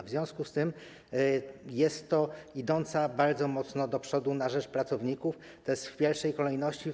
W związku z tym jest to ustawa idąca bardzo mocno do przodu na rzecz pracowników - o to chodzi w pierwszej kolejności.